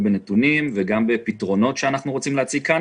בנתונים ובפתרונות שאנחנו רוצים להציג כאן,